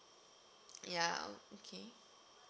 ya okay